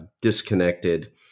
disconnected